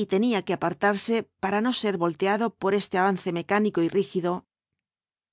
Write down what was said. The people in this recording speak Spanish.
y tenía que apartarse para no ser volteado por este avance mecánico y rígido